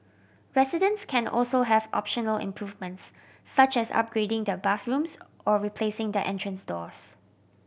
residents can also have optional improvements such as upgrading their bathrooms or replacing their entrance doors